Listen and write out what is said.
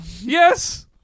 Yes